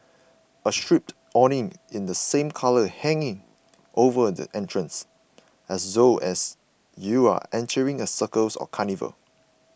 a striped awning in the same colours hanging over the entrance as though you are entering a circus or carnival